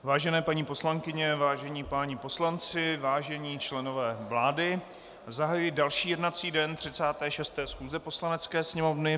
Vážené paní poslankyně, vážení páni poslanci, vážení členové vlády, zahajuji další jednací den 36. schůze Poslanecké sněmovny.